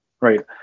Right